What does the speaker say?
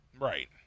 Right